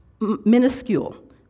minuscule